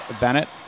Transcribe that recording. Bennett